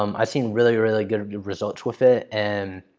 um i've seen really, really good results with it. and